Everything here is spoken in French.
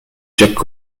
jacques